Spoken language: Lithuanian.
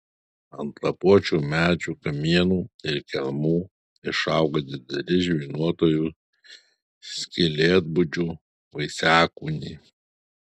ant lapuočių medžių kamienų ir kelmų išauga dideli žvynuotųjų skylėtbudžių vaisiakūniai